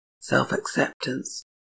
self-acceptance